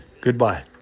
Goodbye